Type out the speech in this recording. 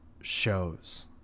shows